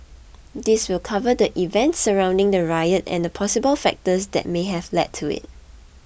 this will cover the events surrounding the riot and the possible factors that may have led to it